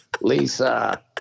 Lisa